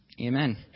Amen